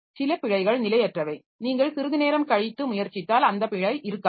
சில பிழைகள் நிலையற்றவை நீங்கள் சிறிது நேரம் கழித்து முயற்சித்தால் அந்த பிழை இருக்காது